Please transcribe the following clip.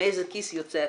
מאיזה כיס יוצא הכסף.